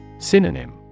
Synonym